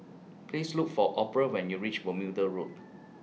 Please Look For Orpha when YOU REACH Bermuda Road